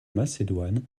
macédoine